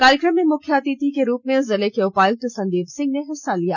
कार्यक्रम में मुख्य अतिथि के रुप में जिले के उपायुक्त संदीप सिंह ने हिस्सा लिया